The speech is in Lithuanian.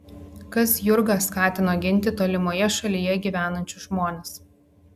kas jurgą skatino ginti tolimoje šalyje gyvenančius žmones